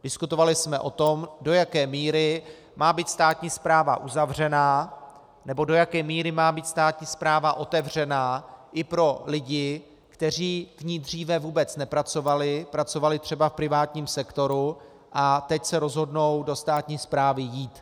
Diskutovali jsme o tom, do jaké míry má být státní správa uzavřená, nebo do jaké míry má být státní správa otevřená i pro lidi, kteří v ní dříve vůbec nepracovali, pracovali třeba v privátním sektoru a teď se rozhodnou do státní správy jít.